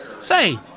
Say